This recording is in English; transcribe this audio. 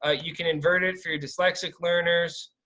ah you can invert it for your dyslexic learners.